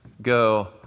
go